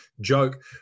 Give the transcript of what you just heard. joke